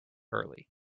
early